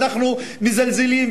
ואנחנו מזלזלים,